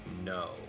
no